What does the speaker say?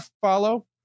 follow